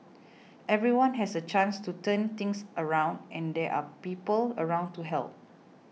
everyone has a chance to turn things around and there are people around to help